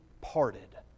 parted